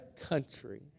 country